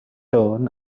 tern